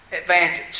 advantage